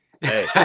hey